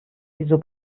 wieso